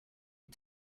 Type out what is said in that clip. had